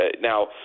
Now